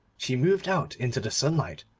she moved out into the sunlight,